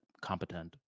competent